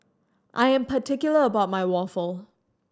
I am particular about my waffle